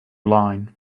line